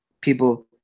people